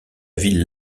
ville